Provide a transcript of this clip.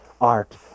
art